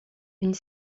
une